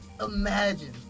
imagine